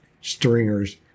stringers